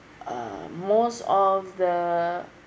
uh most of the